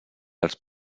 els